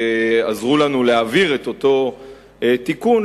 שעזרו לנו להעביר את אותו תיקון,